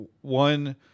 One